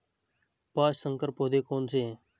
पाँच संकर पौधे कौन से हैं?